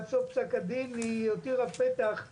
ים בלבד ולגבי כך שבשרשרת החיול יפנו לבחורים בני 18 וישאלו אותם.